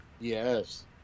yes